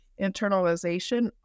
internalization